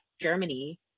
Germany